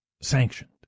sanctioned